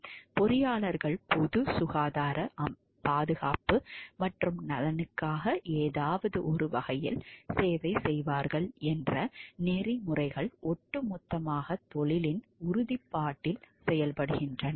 பொறியாளர்கள் பொதுச் சுகாதாரப் பாதுகாப்பு மற்றும் நலனுக்காக ஏதாவது ஒரு வகையில் சேவை செய்வார்கள் என்ற நெறிமுறைகள் ஒட்டுமொத்தமாகத் தொழிலின் உறுதிப்பாட்டில் செயல்படுகின்றன